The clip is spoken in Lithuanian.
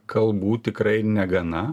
kalbų tikrai negana